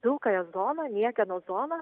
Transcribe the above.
pilkąją zoną niekieno zoną